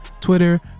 Twitter